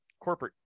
corporate